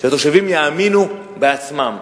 שהתושבים יאמינו בעצמם,